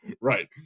Right